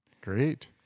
Great